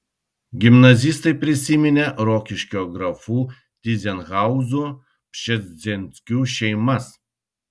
gimnazistai prisiminė rokiškio grafų tyzenhauzų pšezdzieckių šeimas